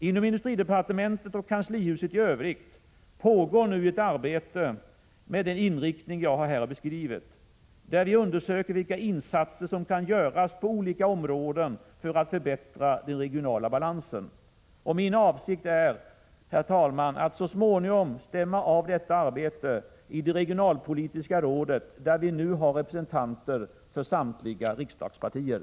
Inom industridepartementet och kanslihuset i övrigt pågår nu ett arbete med den inriktning jag här beskrivit, där vi undersöker vilka insatser som kan göras på olika områden för att förbättra den regionala balansen. Min avsikt är, herr talman, att så småningom stämma av detta arbete i det regionalpolitiska rådet, där det nu finns representanter för samtliga riksdagspartier.